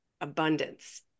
abundance